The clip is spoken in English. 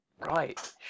Right